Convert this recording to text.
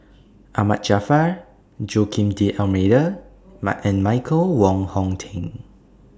Ahmad Jaafar Joaquim D'almeida and Michael Wong Hong Teng